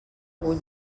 vull